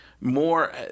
more